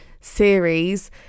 series